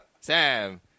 Sam